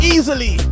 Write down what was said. Easily